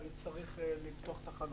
אני צריך לפתוח את החלון.